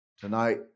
Tonight